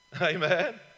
amen